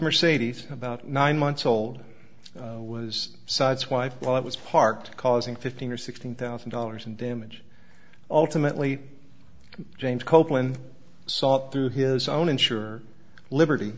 mercedes about nine months old was sites wife well it was parked causing fifteen or sixteen thousand dollars in damage ultimately james copeland sought through his own insured liberty